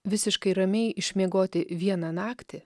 visiškai ramiai išmiegoti vieną naktį